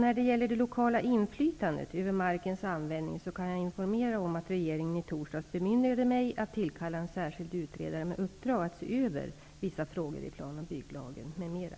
När det gäller det lokala inflytandet över markens användning kan jag informera om att regeringen i torsdags bemyndigade mig att tillkalla en särskild utredare med uppdrag att se över vissa frågor i plan och bygglagen, m.m.